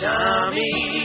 Tommy